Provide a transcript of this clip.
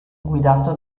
guidato